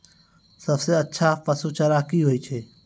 सबसे अच्छा पसु चारा की होय छै?